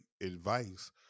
advice